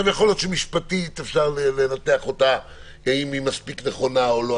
יכול להיות שמשפטית אפשר לנתח אותה אם היא מספיק נכונה או לא.